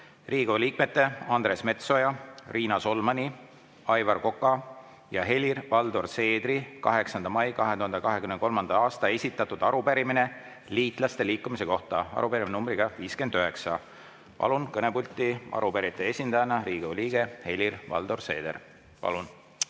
liikmete Andres Metsoja, Riina Solmani, Aivar Koka ja Helir-Valdor Seedri 8. mail 2023. aastal esitatud arupärimine liitlaste liikumise kohta. Arupärimine on numbriga 59. Palun kõnepulti arupärijate esindajana Riigikogu liikme Helir-Valdor Seedri. Palun!